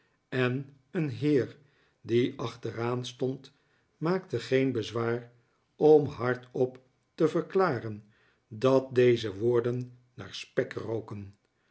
en een heer die achteraan stond maakte geen bezwaar om hardop te verklaren dat deze woorden naar spek rolcen